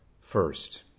first